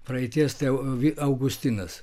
praeities tai augustinas